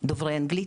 דוברי אנגלית,